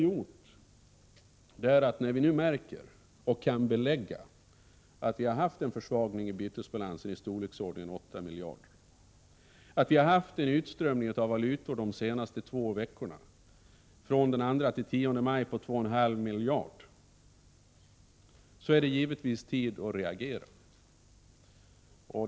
När vi nu märker och kan belägga att vi har haft en försvagning av bytesbalansen i storleksordningen 8 miljarder och en utströmning av valuta de senaste två veckorna, från den 2 till den 10 maj, på 2,5 miljarder, är det givetvis tid att reagera.